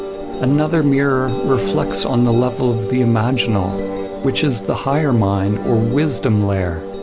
another mirror reflects on the level of the imaginal which is the higher mind or wisdom layer,